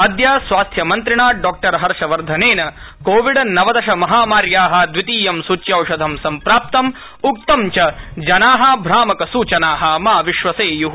अद्य स्वास्थ्य मन्त्रिणा डॉक्टर हर्षवर्धनेन कोविड नवदश महामार्याः द्वितीयं सूच्यौषधं सम्प्राप्तम उक्तं च जना भ्रामक सूचना मा विश्वसेयु